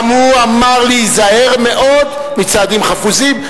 גם הוא אמר להיזהר מאוד מצעדים חפוזים.